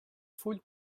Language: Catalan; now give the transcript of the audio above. full